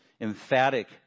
emphatic